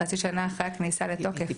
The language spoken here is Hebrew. חצי שנה אחת מסל התוקף.